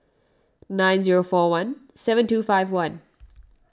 nine zero four one seven two five one